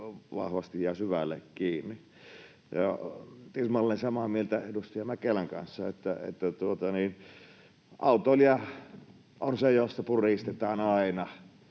vahvasti ja syvälle kiinni. Olen tismalleen samaa mieltä edustaja Mäkelän kanssa, että autoilija on se, josta puristetaan aina